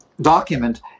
document